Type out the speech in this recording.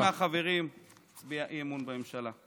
אני מבקש מהחברים להצביע אי-אמון בממשלה.